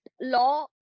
law